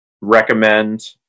recommend